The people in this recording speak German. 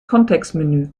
kontextmenü